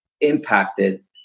impacted